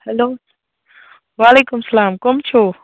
hello وعلیکُم السلام کَم چھُو